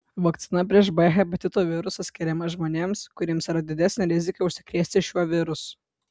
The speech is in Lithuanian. vakcina prieš b hepatito virusą skiriama žmonėms kuriems yra didesnė rizika užsikrėsti šiuo virusu